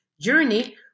journey